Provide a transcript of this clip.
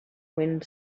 wind